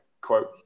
quote